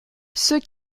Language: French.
ceux